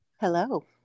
Hello